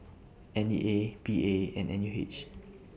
N E A P A and N U H